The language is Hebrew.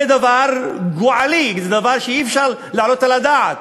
זה דבר גועלי, זה דבר שאי-אפשר להעלות על הדעת.